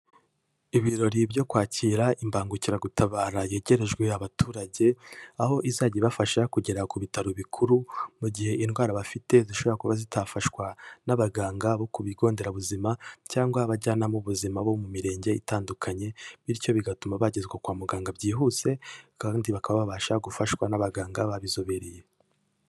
Ibirori byo kwakira imbangukiragutabara yegerejwe abaturage, aho izajya ibafasha kugera ku bitaro bikuru mu gihe indwara bafite zishobora kuba zitafashwa n'abaganga bo ku bigo nderabuzima cyangwa abajyana b'ubuzima bo mu mirenge itandukanye, bityo bigatuma bagezwa kwa muganga byihuse kandi bakaba babasha gufashwa n'abaganga babizobereye.